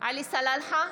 עלי סלאלחה,